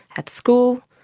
at school,